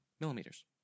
millimeters